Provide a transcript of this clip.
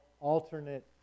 alternate